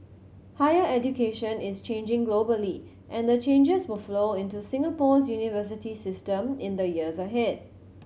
higher education is changing globally and the changes will flow into Singapore's university system in the years ahead